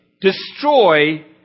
destroy